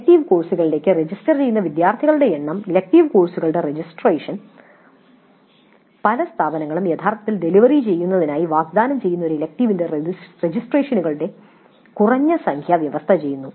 elective കോഴ്സുകളിലേക്ക് register ചെയ്യുന്ന വിദ്യാർത്ഥികളുടെ എണ്ണം ഇലക്ടീവ് കോഴ്സുകളുടെ രജിസ്ട്രേഷൻ പലസ്ഥാപനങ്ങളും യഥാർത്ഥത്തിൽ ഡെലിവറി ചെയ്യുന്നതിനായി വാഗ്ദാനം ചെയ്യുന്ന ഒരു ഇലക്ടീവിൻ്റെ രജിസ്ട്രേഷനുകളുടെ കുറഞ്ഞസംഖ്യ വ്യവസ്ഥചെയ്യുന്നു